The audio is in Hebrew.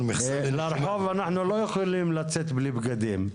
לרחוב אנחנו לא יכולים לצאת בלי בגדים.